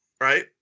Right